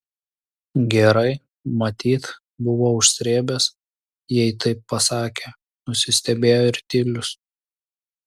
gerai matyt buvo užsrėbęs jei taip pasakė nusistebėjo ir tilius